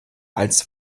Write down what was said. als